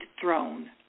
throne